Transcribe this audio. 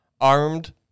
armed